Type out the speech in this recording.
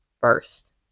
first